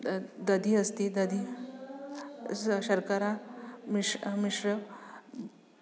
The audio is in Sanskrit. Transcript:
दधि अस्ति दधि शर्करा मिश्र मिश्र